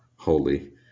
holy